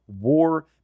war